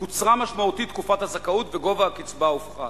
קוצרה משמעותית תקופת הזכאות וגובה הקצבה הופחת,